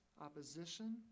opposition